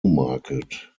market